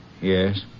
Yes